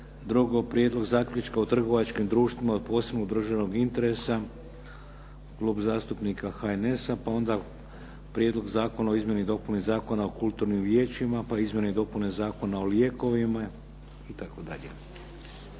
Drugu, Prijedlog zaključka o trgovačkim društvima od posebnog državnog interesa, predlagatelj je Klub zastupnika HNS-a, pa onda Prijedlog zakona o izmjenama Zakona o kulturnim vijećima, pa izmjene i dopune Zakona o lijekovima i